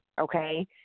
okay